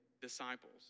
disciples